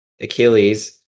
Achilles